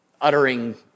uttering